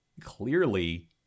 clearly